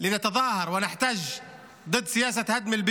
תודה לאדוני.